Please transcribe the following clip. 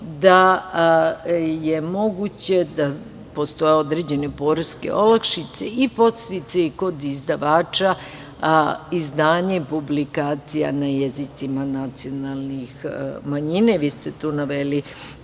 da je moguće da postoje određene poreske olakšice i podsticaji kod izdavača izdanja i publikacija na jezicima nacionalnih manjina. Vi ste tu naveli